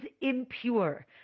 impure